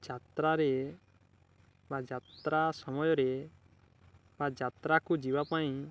ଯାତ୍ରାରେ ବା ଯାତ୍ରା ସମୟରେ ବା ଯାତ୍ରାକୁ ଯିବା ପାଇଁ